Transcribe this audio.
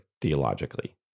theologically